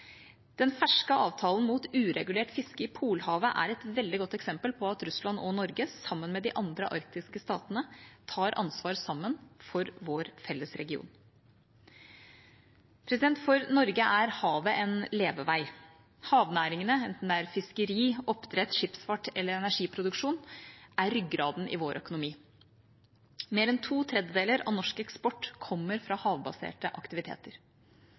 Den ferske avtalen mot uregulert fiske i Polhavet er et veldig godt eksempel på at Russland og Norge, sammen med de andre arktiske statene, tar ansvar sammen for vår felles region. For Norge er havet en levevei. Havnæringene – enten det er fiskeri, oppdrett, skipsfart eller energiproduksjon – er ryggraden i vår økonomi. Mer enn to tredjedeler av norsk eksport kommer fra havbaserte aktiviteter.